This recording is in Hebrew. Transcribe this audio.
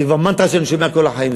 זו מנטרה שאני כבר שומע כל החיים.